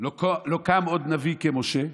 לא קם עוד נביא כמשה.